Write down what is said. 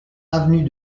avenue